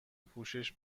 پوشش